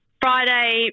Friday